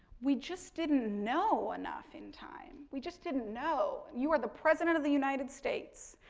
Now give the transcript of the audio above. we just didn't know enough in time. we just didn't know. you are the president of the united states,